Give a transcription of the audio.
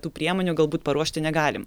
tų priemonių galbūt paruošti negalim